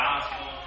gospel